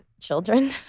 children